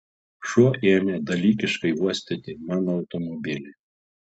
šuo ėmė dalykiškai uostyti mano automobilį